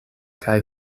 kaj